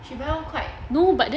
she buy [one] quite